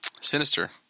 Sinister